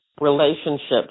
relationships